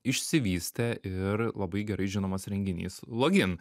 išsivystė ir labai gerai žinomas renginys login